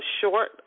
short